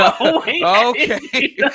okay